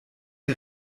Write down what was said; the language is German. die